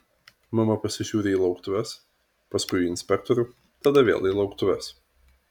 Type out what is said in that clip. mama pasižiūri į lauktuves paskui į inspektorių tada vėl į lauktuves